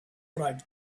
what